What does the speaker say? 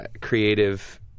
creative